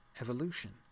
evolution